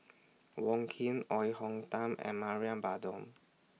Wong Keen Oei Tiong Ham and Mariam Baharom